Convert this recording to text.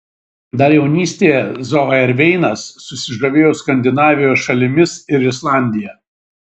dar jaunystėje zauerveinas susižavėjo skandinavijos šalimis ir islandija